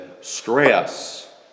stress